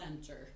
Center